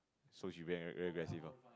so she bery very aggressive loh